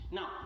Now